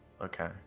Okay